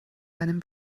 seinem